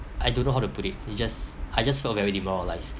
I don't know how to put it it just I just felt very demoralised